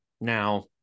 now